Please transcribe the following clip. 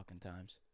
times